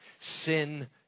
Sin